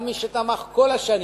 גם כמי שתמך כל השנים